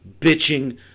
bitching